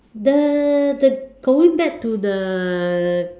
the the going back to the